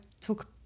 talk